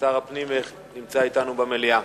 שר הפנים נמצא אתנו במליאה.